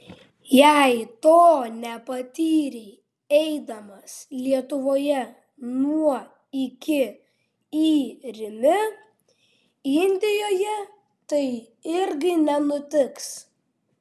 jei to nepatyrei eidamas lietuvoje nuo iki į rimi indijoje tai irgi nenutiks